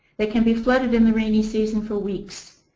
they can be flooded in the rainy season for weeks.